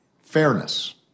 Fairness